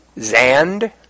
Zand